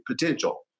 potential